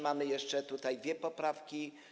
Mamy jeszcze tutaj dwie poprawki.